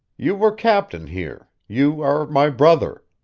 you were captain here you are my brother.